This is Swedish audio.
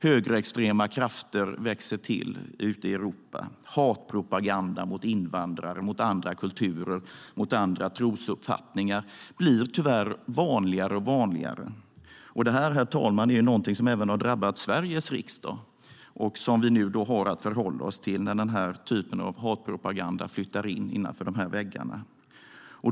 Högerextrema krafter växer till ute i Europa. Hatpropaganda mot invandrare, mot andra kulturer och trosuppfattningar blir tyvärr vanligare. Detta är något som även har drabbat Sveriges riksdag och som vi har att förhålla oss till när denna typ av hatpropaganda flyttar in innanför de här väggarna.